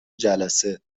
جلسه